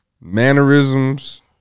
mannerisms